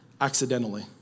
accidentally